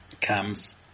comes